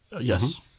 Yes